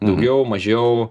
daugiau mažiau